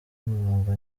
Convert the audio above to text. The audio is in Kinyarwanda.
umurongo